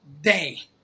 day